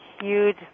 huge